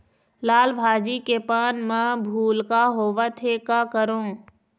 लाल भाजी के पान म भूलका होवथे, का करों?